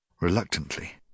Reluctantly